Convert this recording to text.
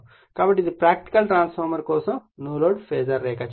కాబట్టి ఇది practical transformer కోసం నో లోడ్ ఫాజర్ రేఖాచిత్రం